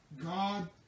God